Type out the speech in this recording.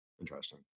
Interesting